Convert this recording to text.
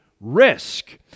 risk